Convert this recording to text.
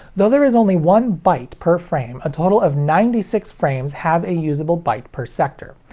though there is only one byte per frame, a total of ninety six frames have a usable byte per sector.